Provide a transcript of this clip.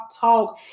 talk